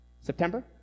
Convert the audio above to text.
September